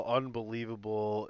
unbelievable